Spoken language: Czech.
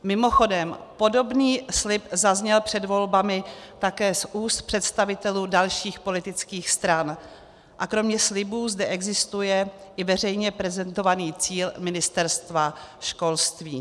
Mimochodem podobný slib zazněl před volbami také z úst představitelů dalších politických stran a kromě slibů zde existuje i veřejně prezentovaný cíl Ministerstva školství.